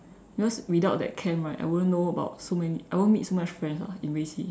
because without that camp right I won't know about so many I won't meet so much friends ah in 围棋